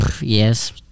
Yes